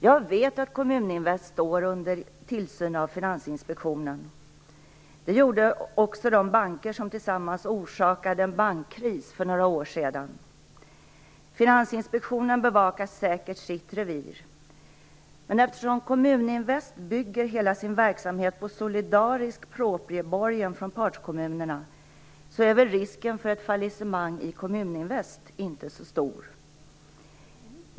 Jag vet att Kommuninvest står under tillsyn av Finansinspektionen. Det gjorde också de banker som tillsammans orsakade en bankkris för några år sedan. Finansinspektionen bevakar säkert sitt revir. Men eftersom Kommuninvest bygger hela sin verksamhet på solidarisk proprieborgen från partskommunerna är väl risken för ett fallissemang i Kommuninvest inte så stor.